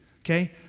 Okay